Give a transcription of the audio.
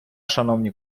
шановні